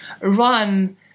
run